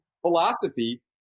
philosophy